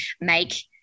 make